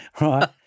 right